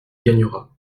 gagnera